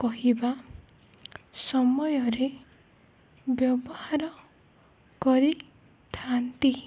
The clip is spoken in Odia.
କହିବା ସମୟରେ ବ୍ୟବହାର କରିଥାନ୍ତି